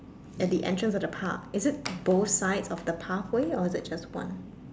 at the entrance of the park is it both sides of the pathway or is it just one